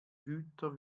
güter